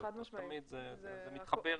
זה מתחבר,